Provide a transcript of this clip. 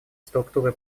структуры